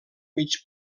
mig